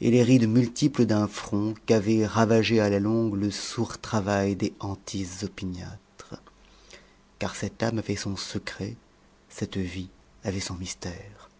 et les rides multiples d'un front qu'avait ravagé à la longue le sourd travail des hantises opiniâtres car cette âme avait son secret cette vie avait son mystère